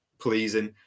pleasing